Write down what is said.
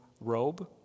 robe